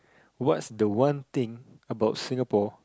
what's the one thing about Singapore